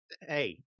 hey